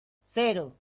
cero